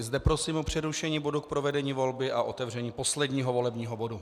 Zde prosím o přerušení bodu k provedení volby a otevření posledního volebního bodu.